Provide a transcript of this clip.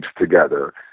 together